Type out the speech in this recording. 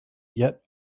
yet